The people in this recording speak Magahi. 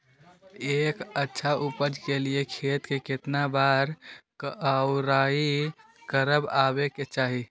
एक अच्छा उपज के लिए खेत के केतना बार कओराई करबआबे के चाहि?